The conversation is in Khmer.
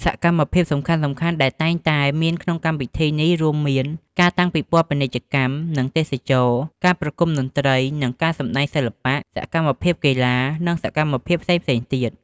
សកម្មភាពសំខាន់ៗដែលតែងតែមានក្នុងពិធីបុណ្យនេះរួមមាន៖ ការតាំងពិព័រណ៍ពាណិជ្ជកម្ម និងទេសចរណ៍ ការប្រគំតន្ត្រី និងការសម្តែងសិល្បៈ សកម្មភាពកីឡា និងសកម្មភាពផ្សេងៗទៀត។